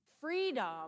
Freedom